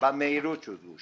במהירות שהוצגו,